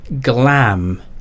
glam